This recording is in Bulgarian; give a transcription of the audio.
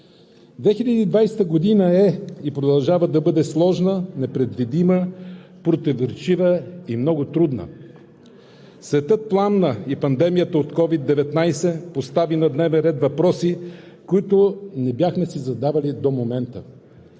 2020 г. е и продължава да бъде сложна, непредвидима, противоречива и много трудна. Светът пламна и пандемията от COVID-19 постави на дневен ред въпроси, които не бяхме си задавали до момента.